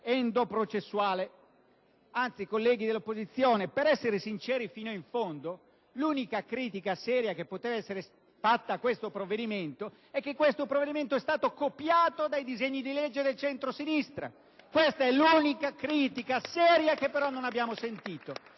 endoprocessuale. In verità, colleghi dell'opposizione, a voler essere sinceri fino in fondo, l'unica critica seria che poteva essere fatta a questo provvedimento è che esso è stato copiato dai disegni di legge del centrosinistra: questa è l'unica critica seria che poteva essere